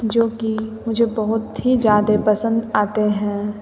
जो कि मुझे बहुत ही ज़्यादें पसंद आते हैं